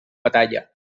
batalla